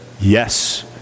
Yes